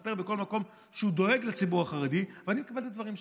שמספר בכל מקום שהוא דואג לציבור החרדי ואני מקבל את הדברים שלך.